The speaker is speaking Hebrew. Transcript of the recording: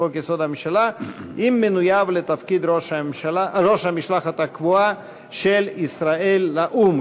לחוק-יסוד: הממשלה עם מינויו לתפקיד ראש המשלחת הקבועה של ישראל לאו"ם.